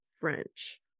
French